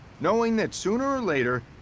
knowing that, sooner or later,